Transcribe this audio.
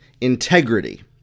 integrity